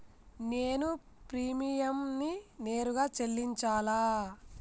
నేను ప్రీమియంని నేరుగా చెల్లించాలా?